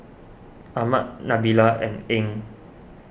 Ahmad Nabila and Ain